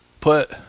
put